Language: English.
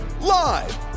live